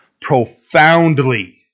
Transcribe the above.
profoundly